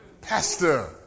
Pastor